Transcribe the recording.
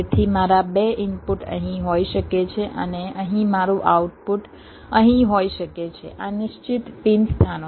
તેથી મારા 2 ઇનપુટ અહીં હોઈ શકે છે અને અહીં મારું આઉટપુટ અહીં હોઈ શકે છે આ નિશ્ચિત પિન સ્થાનો છે